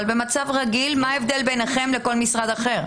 אבל במצב רגיל מה ההבדל בינכם לכל משרד אחר?